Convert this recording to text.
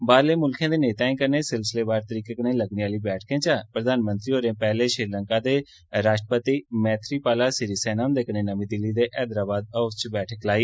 बाहरले मुल्खें दे नेताएं कन्नै सिलसिलेवार तरीके कन्नै लग्गने आह्ली बैठकें चा प्रधानमंत्री होरें पैह्ले श्रीलंका दे राष्ट्रपति मैथरीपाला सीरीसेना हुन्दे कन्नै नमीं दिल्ली दे हैदराबाद हाउस च बैठक लाई